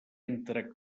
entre